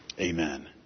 amen